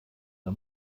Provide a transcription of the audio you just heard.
der